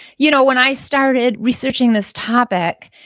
you know when i started researching this topic,